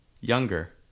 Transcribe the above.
Younger